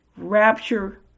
rapture